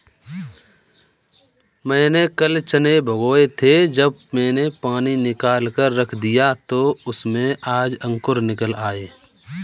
मैंने कल चने भिगोए थे जब मैंने पानी निकालकर रख दिया तो उसमें आज अंकुर निकल आए